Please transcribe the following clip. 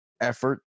effort